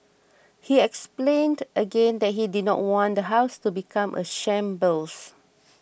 he explained again that he did not want the house to become a shambles